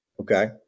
Okay